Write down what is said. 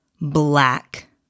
black